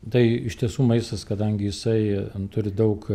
tai iš tiesų maistas kadangi jisai turi daug